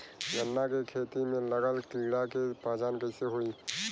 गन्ना के खेती में लागल कीड़ा के पहचान कैसे होयी?